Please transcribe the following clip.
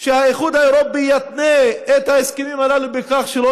שהאיחוד האירופי יתנה את ההסכמים הללו בכך שלא